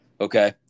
Okay